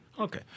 Okay